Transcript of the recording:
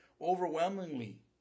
overwhelmingly